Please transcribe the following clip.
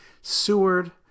Seward